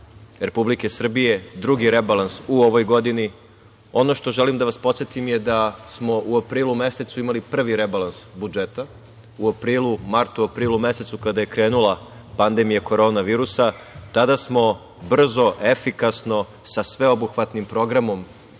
Republike Srbije, drugi rebalans u ovoj godini. Ono što želim da vas podsetim je da smo u aprilu mesecu imali prvi rebalans budžeta u martu, aprilu mesecu kada je krenula pandemija korona virusa. Tada smo brzo, efikasno, sa sve obuhvatnim programom